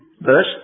verse